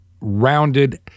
rounded